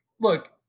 look